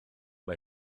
mae